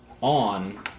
on